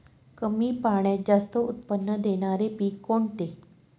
कमी पाण्यात जास्त उत्त्पन्न देणारे पीक कोणते?